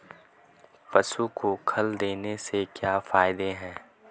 पशु को खल देने से क्या फायदे हैं?